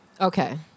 Okay